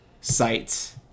sites